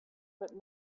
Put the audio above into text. but